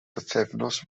bythefnos